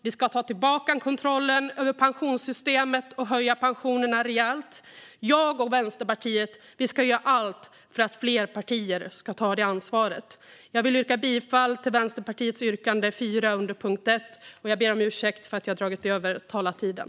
Vi ska ta tillbaka kontrollen över pensionssystemet och höja pensionerna rejält. Jag och Vänsterpartiet ska göra allt för att fler partier ska ta det ansvaret. Jag vill yrka bifall till Vänsterpartiets reservation 4 under punkt 1. Jag ber om ursäkt för att jag har dragit över den anmälda talartiden.